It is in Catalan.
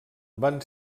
van